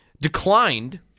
declined